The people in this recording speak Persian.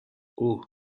اوه